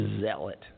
zealot